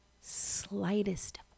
slightest